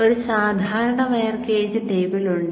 ഒരു സാധാരണ wire gauge table ഉണ്ട്